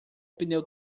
pneu